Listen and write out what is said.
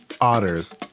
otters